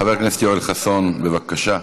חבר הכנסת יואל חסון, בבקשה.